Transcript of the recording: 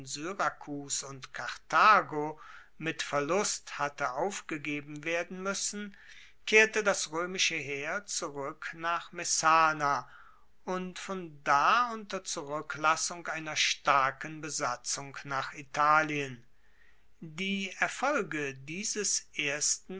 syrakus und karthago mit verlust hatte aufgegeben werden muessen kehrte das roemische heer zurueck nach messana und von da unter zuruecklassung einer starken besatzung nach italien die erfolge dieses ersten